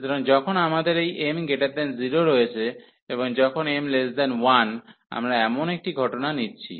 সুতরাং যখন আমাদের এই m0 রয়েছে এবং যখন m1 আমরা এমন একটি ঘটনা নিচ্ছি